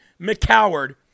McCoward